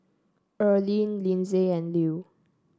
Earline Linsey and Lew